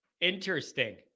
Interesting